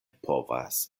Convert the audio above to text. povas